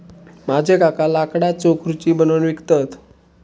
माझे काका लाकडाच्यो खुर्ची बनवून विकतत